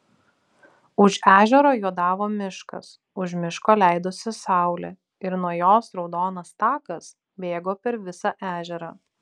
už ežero juodavo miškas už miško leidosi saulė ir nuo jos raudonas takas bėgo per visą ežerą